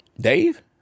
Dave